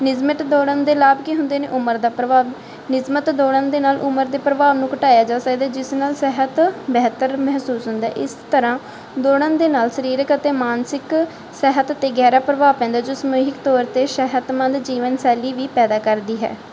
ਨਿਯਮਿਤ ਦੌੜਨ ਦੇ ਲਾਭ ਕੀ ਹੁੰਦੇ ਨੇ ਉਮਰ ਦਾ ਪ੍ਰਭਾਵ ਨਿਯਮਿਤ ਦੌੜਨ ਦੇ ਨਾਲ ਉਮਰ ਦੇ ਪ੍ਰਭਾਵ ਨੂੰ ਘਟਾਇਆ ਜਾ ਸਕਦਾ ਜਿਸ ਨਾਲ ਸਿਹਤ ਬਿਹਤਰ ਮਹਿਸੂਸ ਹੁੰਦਾ ਇਸ ਤਰ੍ਹਾਂ ਦੌੜਨ ਦੇ ਨਾਲ ਸਰੀਰਕ ਅਤੇ ਮਾਨਸਿਕ ਸਿਹਤ ਉੱਤੇ ਗਹਿਰਾ ਪ੍ਰਭਾਵ ਪੈਂਦਾ ਜੋ ਸਮੂਹਿਕ ਤੌਰ 'ਤੇ ਸਿਹਤਮੰਦ ਜੀਵਨ ਸ਼ੈਲੀ ਵੀ ਪੈਦਾ ਕਰਦੀ ਹੈ